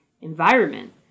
environment